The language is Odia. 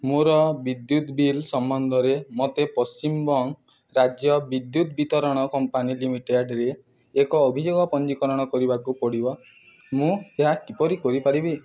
ମୋର ବିଦ୍ୟୁତ ବିଲ୍ ସମ୍ବନ୍ଧରେ ମୋତେ ପଶ୍ଚିମବଙ୍ଗ ରାଜ୍ୟ ବିଦ୍ୟୁତ ବିତରଣ କମ୍ପାନୀ ଲିମିଟେଡ଼୍ରେ ଏକ ଅଭିଯୋଗ ପଞ୍ଜିକରଣ କରିବାକୁ ପଡ଼ିବ ମୁଁ ଏହା କିପରି କରିପାରିବି